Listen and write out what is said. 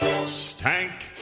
stank